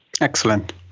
Excellent